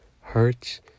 hurts